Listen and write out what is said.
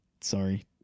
sorry